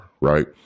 right